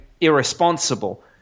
irresponsible